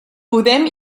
podem